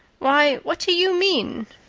why, what do you mean?